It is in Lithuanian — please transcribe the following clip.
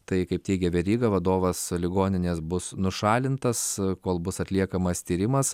tai kaip teigia veryga vadovas ligoninės bus nušalintas kol bus atliekamas tyrimas